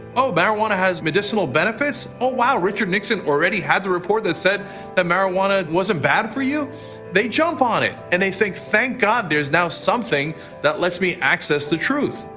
oh, marijuana has medicinal benefits? oh, wow, richard nixon already had the report that said marijuana wasn't bad for you they jump on it and they think, thank god there's now something that let's me access the truth!